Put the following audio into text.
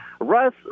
Russ